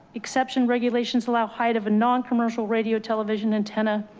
exception regulations allow height of a noncommercial radio, television, antenna,